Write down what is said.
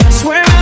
swear